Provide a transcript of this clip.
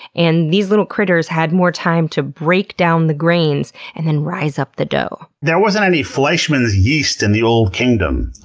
and these little critters had more time to break down the grains and then rise up the dough. there wasn't any fleischmann's yeast in the old kingdom.